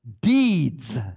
Deeds